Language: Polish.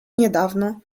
niedawno